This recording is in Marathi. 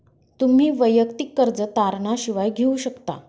तुम्ही वैयक्तिक कर्ज तारणा शिवाय घेऊ शकता